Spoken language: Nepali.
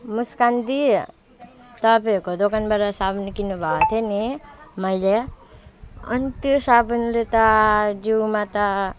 मुस्कान दिदी तपाईँहरूको दोकानबाट साबुन किन्नु भएको थिएँ नि मैले अनि त्यो साबुनले त जिउमा त